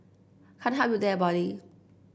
can't help you there buddy